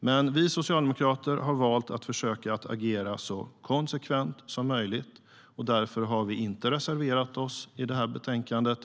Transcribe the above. Men vi socialdemokrater har valt att agera så konsekvent som möjligt och därför har vi inte reserverat oss i det här betänkandet.